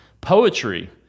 Poetry